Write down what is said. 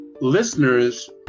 listeners